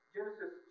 Genesis